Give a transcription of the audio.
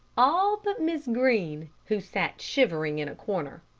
all but miss green, who sat shivering in a corner.